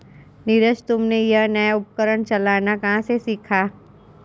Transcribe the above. नीरज तुमने यह नया उपकरण चलाना कहां से सीखा?